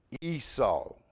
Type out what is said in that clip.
Esau